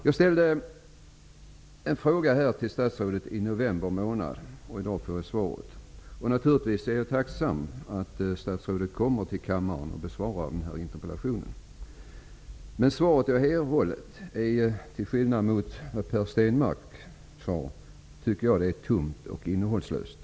Jag ställde en fråga till statsrådet i november månad, och i dag får jag svaret på den. Naturligtvis är jag tacksam för att statsrådet kommer till kammaren och besvarar min interpellation, men jag tycker, till skillnad från Per Stenmarck, att det svar som jag har erhållit är tungt och innehållslöst.